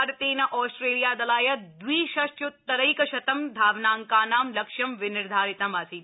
भारतेन ऑस्ट्रेलिया दलाय द्वि षष्ट्यूतरैक शतं धावनांकानां लक्ष्यं विनिर्धारितम् आसीत्